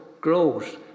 grows